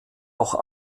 auch